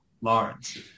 Lawrence